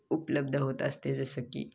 उपलब्ध होत असते जसं की